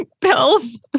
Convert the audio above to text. pills